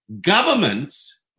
Governments